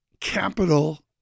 capital